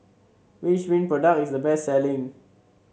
which Rene product is the best selling